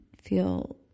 feel